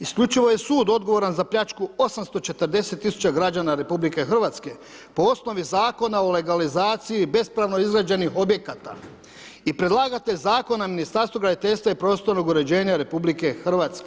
Isključivo je sud odgovoran za pljačku 840 000 građana RH po osnovi Zakona o legalizaciji bespravno izgrađenih objekata i predlagatelj Zakona, Ministarstvo graditeljstva i prostornog uređenja RH.